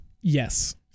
yes